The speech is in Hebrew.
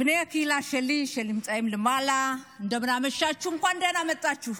בני הקהילה שלי שנמצאים למעלה (אומרת באמהרית: ערב טוב לכם,